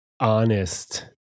honest